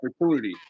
opportunity